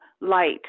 light